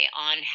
on